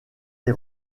les